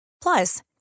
Plus